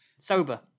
Sober